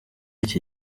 iki